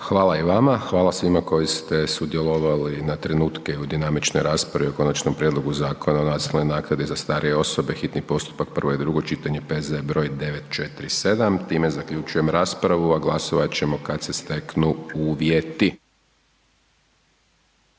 Hvala i vama. Hvala svima koji ste sudjelovali na trenutke u dinamičnoj raspravi o Konačnom prijedlogu Zakona o nacionalnoj naknadi za starije osobe, hitni postupak, prvo i drugo čitanje, P.Z. br. 947. Time zaključujem raspravu, a glasovat ćemo kad se steknu uvjeti.